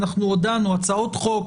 אנחנו הודענו שהצעות חוק,